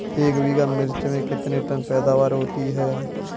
एक बीघा मिर्च में कितने टन पैदावार होती है?